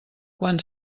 quan